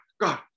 God